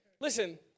listen